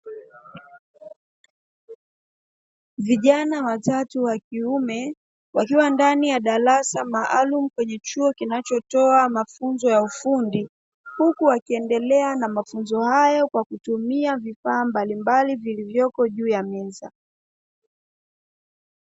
Vijana watatu wakiume, wakiwa ndani ya darasa maalumu kwenye chuo kinachotoa mafunzo ya ufundi, huku wakiendelea na mafunzo hayo kwa kutumia vifaa mbalimbali vilivyoko juu ya meza.